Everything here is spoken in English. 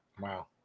wow